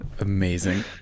amazing